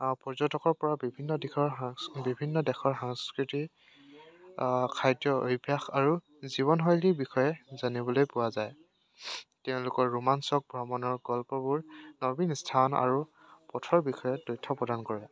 পৰ্যটকৰ পৰা বিভিন্ন দিশৰ বিভিন্ন দেশৰ সাংস্কৃতি খাদ্য অভ্যাস আৰু জীৱনশৈলীৰ বিষয়ে জানিবলৈ পোৱা যায় তেওঁলোকৰ ৰোমাঞ্চক ভ্ৰমণৰ গল্পবোৰ আৰু পথৰ বিষয়ে তথ্য প্ৰদান কৰে